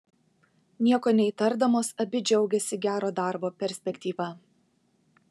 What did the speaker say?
nieko neįtardamos abi džiaugėsi gero darbo perspektyva